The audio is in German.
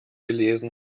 gelesen